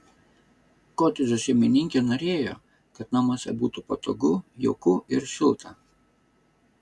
kotedžo šeimininkė norėjo kad namuose būtų patogu jauku ir šilta